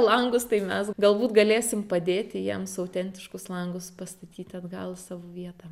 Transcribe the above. langus tai mes galbūt galėsim padėti jiems autentiškus langus pastatyti atgal į savo vietą